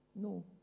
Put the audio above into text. No